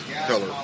color